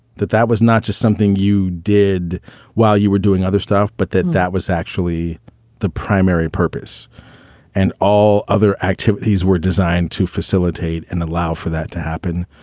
that that was not just something you did while you were doing other stuff, but that that was actually the primary purpose and all other activities were designed to facilitate and allow for that to happen.